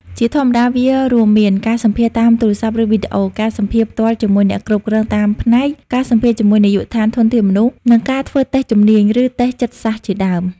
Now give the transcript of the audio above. ជាធម្មតាវារួមមាន ការសម្ភាសន៍តាមទូរស័ព្ទឬវីដេអូ ការសម្ភាសន៍ផ្ទាល់ជាមួយអ្នកគ្រប់គ្រងតាមផ្នែក ការសម្ភាសន៍ជាមួយនាយកដ្ឋានធនធានមនុស្ស និងការធ្វើតេស្តជំនាញ ឬតេស្តចិត្តសាស្ត្រជាដើម។